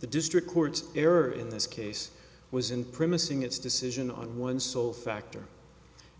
the district court here in this case was in premising its decision on one sole factor